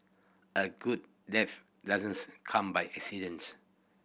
a good death come by accidence